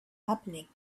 happening